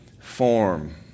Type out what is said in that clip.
form